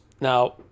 Now